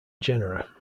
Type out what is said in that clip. genera